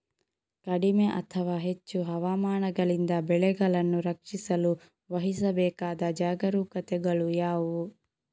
ಕಡಿಮೆ ಅಥವಾ ಹೆಚ್ಚು ಹವಾಮಾನಗಳಿಂದ ಬೆಳೆಗಳನ್ನು ರಕ್ಷಿಸಲು ವಹಿಸಬೇಕಾದ ಜಾಗರೂಕತೆಗಳು ಯಾವುವು?